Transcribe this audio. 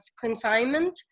confinement